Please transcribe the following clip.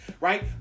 right